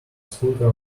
scooter